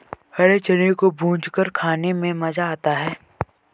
हरे चने को भूंजकर खाने में मज़ा आता है